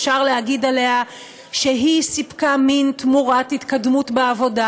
אפשר להגיד עליה שהיא סיפקה מין תמורת התקדמות בעבודה,